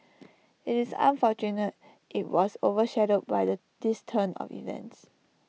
IT is unfortunate IT was over shadowed by the this turn of events